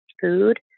food